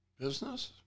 business